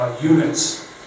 Units